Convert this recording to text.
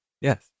Yes